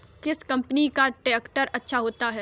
किस कंपनी का ट्रैक्टर अच्छा होता है?